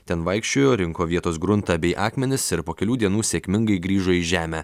ten vaikščiojo rinko vietos gruntą bei akmenis ir po kelių dienų sėkmingai grįžo į žemę